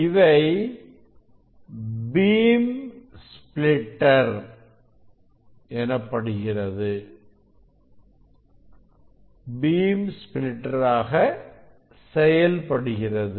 இவை beam splitter ஆக செயல்படுகிறது